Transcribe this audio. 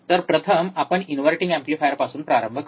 तर प्रथम आपण इनव्हर्टिंग एम्प्लिफायरपासून प्रारंभ करू